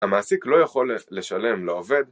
‫המעסיק לא יכול לשלם לעובד.